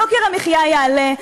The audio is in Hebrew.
יוקר המחיה יעלה,